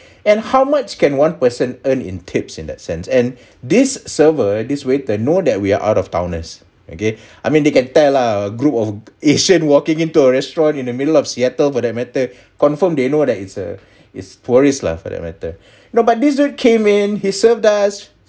and how much can one person earn in tips in that sense and this server this waiter know that we are out of towners okay I mean they can tell lah a group of asian walking in into a restaurant in the middle of seattle for that matter confirm they know that it's a it's tourists lah for that matter no but this dude came in he served us